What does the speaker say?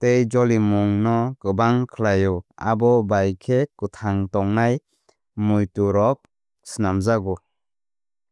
tei jolimung no kwbang khlaio. Abo bai khe kwthang tongnai muiturok snamjago.